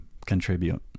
contribute